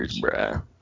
bruh